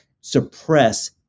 suppress